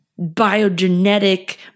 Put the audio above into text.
biogenetic